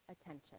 attention